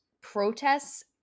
protests